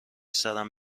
سرم